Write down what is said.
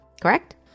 correct